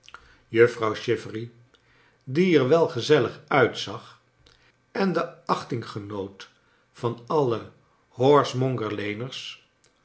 juffrouw chivery die er wel gezellig nitzag en de achting genoot van alle horsemonger laners